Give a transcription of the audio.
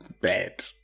bad